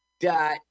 dot